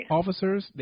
officers